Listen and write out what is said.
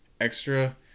extra